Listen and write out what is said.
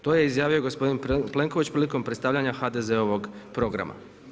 To je izjavio gospodin Plenković prilikom predstavljanja HDZ-ovog programa.